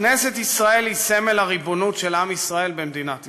כנסת ישראל היא סמל הריבונות של עם ישראל במדינת ישראל.